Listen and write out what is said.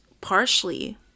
partially